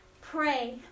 pray